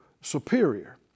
superior